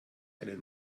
einen